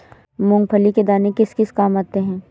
मूंगफली के दाने किस किस काम आते हैं?